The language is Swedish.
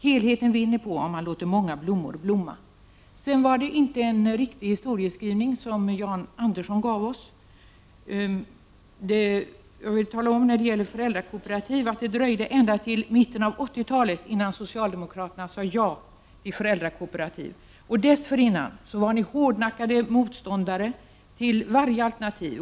Helheten vinner på om man låter många blommor blomma. Den historieskrivning som Jan Andersson gjorde var inte riktig. Det dröjde ända till mitten av 80-talet, innan socialdemokraterna sade ja till föräldrakooperativ. Dessförinnan var socialdemokraterna hårdnackade motståndare till varje alternativ.